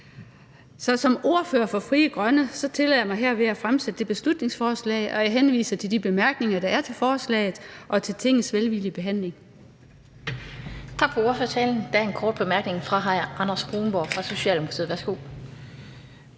som ordfører for Frie Grønne tillader jeg mig herved at fremsætte det beslutningsforslag, og jeg henviser til de bemærkninger, der er til lovforslaget, og til Tingets velvillige behandling.